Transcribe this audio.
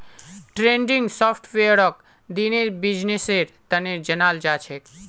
trending सॉफ्टवेयरक दिनेर बिजनेसेर तने जनाल जाछेक